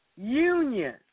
union